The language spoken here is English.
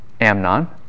Amnon